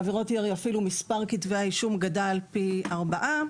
כשבעבירות ירי מספר כתבי האישום גדל פי ארבעה.